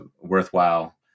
worthwhile